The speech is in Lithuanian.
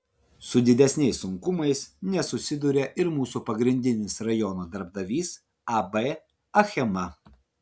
su didesniais sunkumais nesusiduria ir mūsų pagrindinis rajono darbdavys ab achema